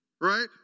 right